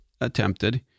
attempted